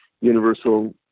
universal